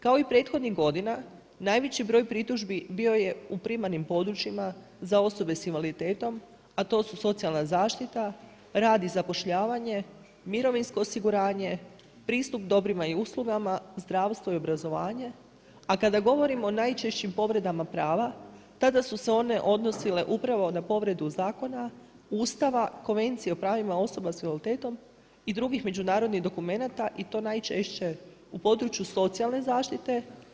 Kao i prethodnih godina, najveći broj pritužbi bio u primarnim područjima za osobe sa invaliditetom a to su socijalna zaštita, rad i zapošljavanje, mirovinsko osiguranje, pristup dobrima i uslugama, zdravstvo i obrazovanje, a kada govorimo o najčešćim povredama prava, tada su se one odnosile upravo na povredu zakona Ustava, Konvencije o pravima osoba sa invaliditetom i drugim međunarodnim dokumenata i to najčešće u području socijalne zaštite.